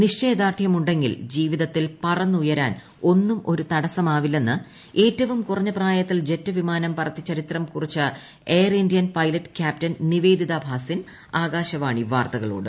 നിശ്ചയദാർഢ്യമുണ്ടെങ്കിൽ ജീവിതത്തിൽ പറന്നുയരാൻ ഒന്നും ഒരു തടസ്സമാവില്ലെന്ന് ഏറ്റവും കുറഞ്ഞ പ്രായത്തിൽ ജെറ്റ് വിമാനം പറത്തി ചരിത്രം കുറിച്ച air Indian pilot captain Nivedita Bhasin Akashvani വാർത്തകളോട്